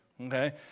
okay